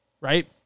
right